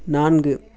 நான்கு